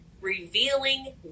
revealing